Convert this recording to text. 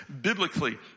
Biblically